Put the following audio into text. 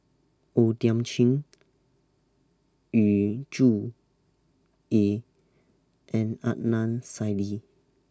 O Thiam Chin Yu Zhuye and Adnan Saidi